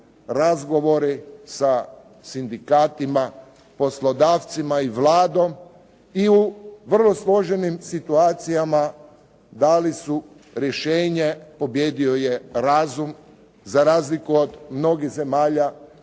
razgovori sa sindikatima, poslodavcima i Vladom i u vrlo složenim situacijama dali su rješenje, pobijedio je razum, za razliku od mnogih zemalja